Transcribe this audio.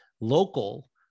local